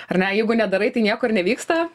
ar ne jeigu nedarai tai nieko ir nevyksta